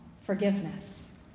forgiveness